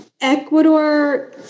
Ecuador